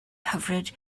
hyfryd